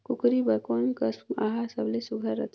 कूकरी बर कोन कस आहार सबले सुघ्घर रथे?